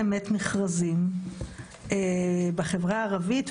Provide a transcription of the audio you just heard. באמת מכרזים בחברה הערבית,